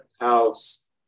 house